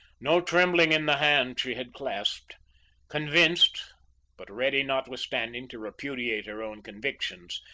no trembling in the hand she had clasped convinced but ready notwithstanding to repudiate her own convictions,